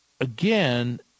again